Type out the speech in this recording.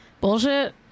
Bullshit